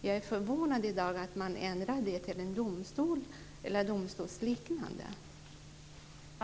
Jag är i dag förvånad över att man ändrade detta och säger att det ska vara domstolsliknande former.